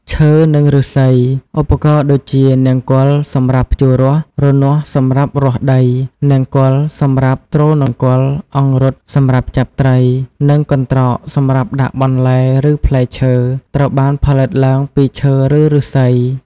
ឈើ និងឫស្សី ឧបករណ៍ដូចជា នង្គ័លសម្រាប់ ភ្ជួររាស់ រនាស់សម្រាប់ រាស់ដី នង្គ័ល សម្រាប់ទ្រនង្គ័ល អង្រុត សម្រាប់ចាប់ត្រី និង កន្ត្រក សម្រាប់ដាក់បន្លែឬផ្លែឈើ ត្រូវបានផលិតឡើងពីឈើ ឬឫស្សី។